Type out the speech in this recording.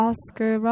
Oscar